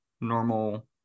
normal